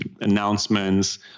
announcements